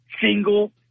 single